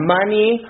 money